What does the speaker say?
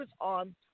on